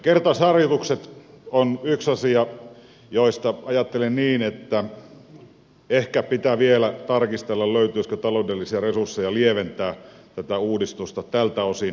kertausharjoitukset ovat yksi asia josta ajattelen niin että ehkä pitää vielä tarkistella löytyisikö taloudellisia resursseja lieventää tätä uudistusta tältä osin